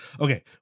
Okay